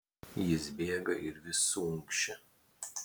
jis bėga ir vis suunkščia